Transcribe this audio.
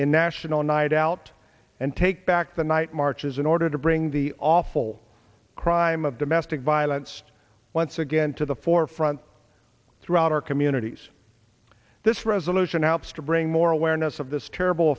in national night out and take back the night marches in order to bring the awful crime of domestic violence once again to the forefront throughout our communities this resolution helps to bring more awareness of this terrible